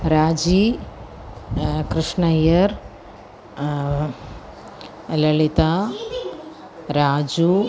Raji Krishnaiyer Lalitha Raju